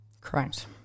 Correct